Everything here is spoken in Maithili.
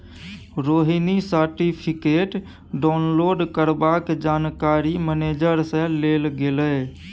रोहिणी सर्टिफिकेट डाउनलोड करबाक जानकारी मेनेजर सँ लेल गेलै